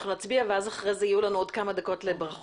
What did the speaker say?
אנחנו נצביע ואחר כך יהיו לנו עוד כמה דקות לברכות.